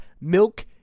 milk